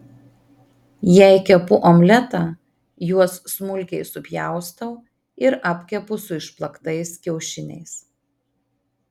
jei kepu omletą juos smulkiai supjaustau ir apkepu su išplaktais kiaušiniais